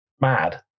mad